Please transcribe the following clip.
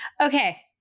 Okay